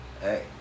Hey